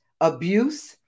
abuse